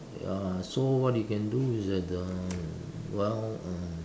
ya so what you can do is that the um well um